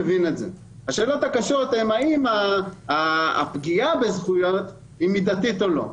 השאלות הקשות הן האם הפגיעה בזכות היא מידתית או לא.